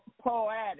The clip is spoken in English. poetic